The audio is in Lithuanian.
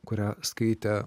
kurią skaitė